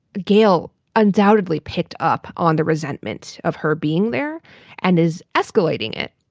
gail undoubtedly picked up on the resentment of her being there and is escalating it.